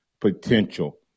potential